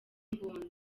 imbunda